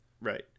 Right